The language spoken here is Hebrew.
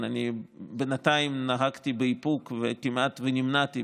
אני בינתיים נהגתי באיפוק וכמעט נמנעתי,